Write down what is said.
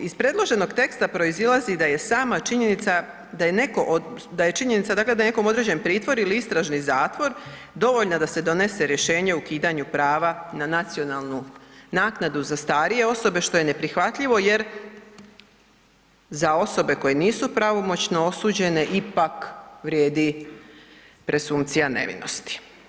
Iz predloženog teksta proizlazi da je sama činjenica da je nekom određen pritvor ili istražni zatvor dovoljna da se donese rješenje o ukidanju prava na nacionalnu naknadu za starije osobe što je neprihvatljivo jer za osobe koje nisu pravomoćno osuđene ipak vrijedi presumpcija nevinosti.